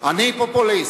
אני פופוליסט.